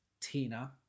Tina